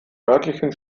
örtlichen